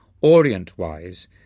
Orient-wise